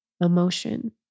emotion